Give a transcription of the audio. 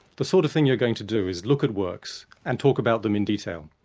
the sort of thing you're going to do is look at works and talk about them in detail,